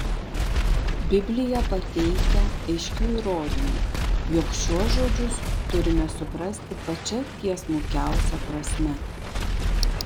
biblija pateikia aiškių įrodymų jog šiuos žodžius turime suprasti pačia tiesmukiausia prasme